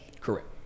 correct